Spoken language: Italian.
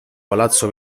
palazzo